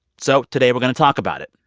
so today, we're going to talk about it.